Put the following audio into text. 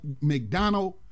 McDonald